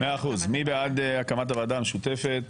מאה אחוז, מי בעד הקמת הוועדה המשותפת?